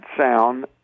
sound